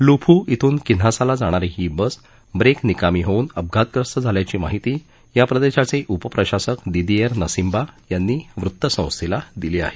लुफू ब्रिन किन्हासाला जाणारी ही बस ब्रेक निकामी होऊन अपघातग्रस्त झाल्याची माहिती या प्रदेशाचे उपप्रशासक दिदीएअर नसिम्बा यांनी वृत्तसंस्थेला दिली आहे